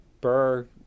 Burr